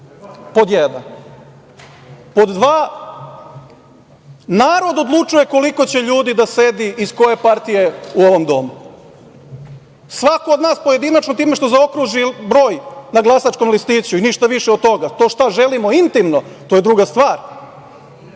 pod jedan. Pod dva, narod odlučuje koliko će ljudi da sedi i iz koje partije u ovom domu. Svako od nas pojedinačno time što zaokruži broj na glasačkom listiću i ništa više od toga, to šta želimo intimno, to je druga stvar,